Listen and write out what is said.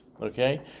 Okay